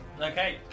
Okay